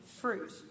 fruit